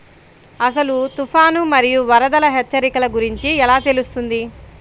అసలు తుఫాను మరియు వరదల హెచ్చరికల గురించి ఎలా తెలుస్తుంది?